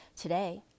Today